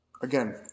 again